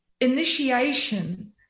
initiation